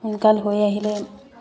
সোনকাল হৈ আহিলে